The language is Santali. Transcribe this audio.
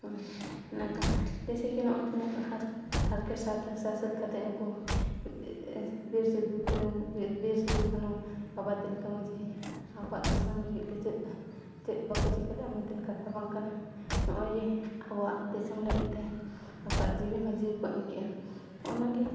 ᱱᱟᱜᱟᱢ ᱡᱮᱥᱮ ᱠᱤ ᱱᱚᱜᱼᱚᱭ ᱛᱤᱱᱟᱹᱜ ᱦᱟᱨᱠᱮᱛ ᱥᱟᱥᱮᱛ ᱠᱟᱛᱮᱫ ᱱᱩᱠᱩ ᱵᱤᱨ ᱥᱤᱫᱩ ᱠᱟᱹᱱᱩ ᱵᱤᱨ ᱥᱤᱫᱩ ᱠᱟᱹᱱᱩ ᱵᱟᱵᱟ ᱛᱤᱞᱠᱟᱹ ᱢᱟᱺᱡᱷᱤ ᱟᱵᱚᱣᱟᱜ ᱫᱤᱥᱚᱢ ᱞᱟᱹᱜᱤᱫᱼᱛᱮ ᱪᱮᱫ ᱵᱟᱠᱚ ᱪᱤᱠᱟᱹ ᱞᱮᱫᱟ ᱢᱮᱱᱛᱮ ᱠᱟᱛᱷᱟ ᱵᱟᱝ ᱠᱟᱱᱟ ᱱᱚᱜᱼᱚᱭ ᱜᱮ ᱟᱵᱚᱣᱟᱜ ᱫᱤᱥᱚᱢ ᱞᱟᱹᱜᱤᱫᱼᱛᱮ ᱟᱠᱚᱣᱟᱜ ᱡᱤᱣᱤᱦᱚᱸ ᱡᱤᱣᱤ ᱠᱚ ᱮᱢ ᱠᱮᱜᱼᱟ ᱚᱱᱟᱜᱮ